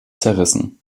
zerrissen